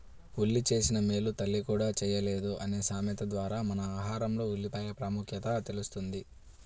ఉల్లి చేసిన మేలు తల్లి కూడా చేయలేదు అనే సామెత ద్వారా మన ఆహారంలో ఉల్లిపాయల ప్రాముఖ్యత తెలుస్తుంది